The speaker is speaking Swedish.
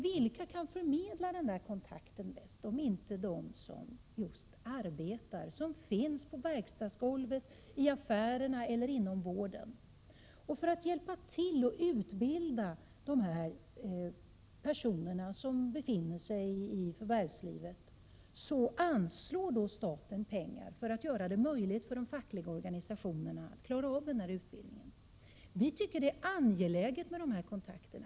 Vilka kan förmedla denna kontakt bäst om inte just de som arbetar, de som finns på verkstadsgolvet, i affärerna eller inom vården? För att hjälpa till att utbilda dessa personer som befinner sig i förvärvslivet anslår staten pengar till de fackliga organisationerna. Vi tycker att det är angeläget med dessa kontakter.